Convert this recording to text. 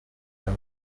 رود